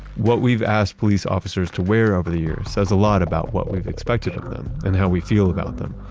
what we've asked police officers to wear over the years, says a lot about what we've expected of them, and how we feel about them.